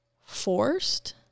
forced